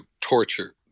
torture